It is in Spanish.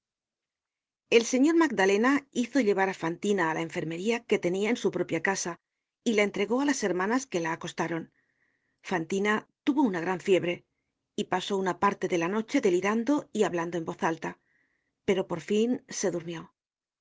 el señor magdalena hizo llevar á fantina á la enfermería que tenia en su propia casa y la entregó á las hermanas que la acostaron fantina tuvo una gran fiebre y pasó una parte de la noche delirando y ha blando en voz alta pero por fin se durmió al